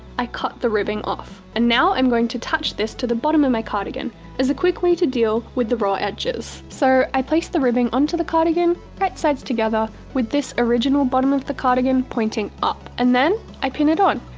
i cut the ribbing off. and now i'm going to attach this to the bottom of my cardigan as a quick way to deal with the raw edges. so, i place the ribbing onto the cardigan, right sides together, with this original bottom of the cardigan pointing up. and then, i pin it on,